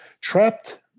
Trapped